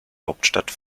hauptstadt